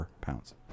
pounds